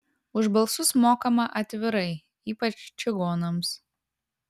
už balsus mokama atvirai ypač čigonams